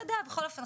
אתה יודע בכל אופן,